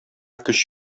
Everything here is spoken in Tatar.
көч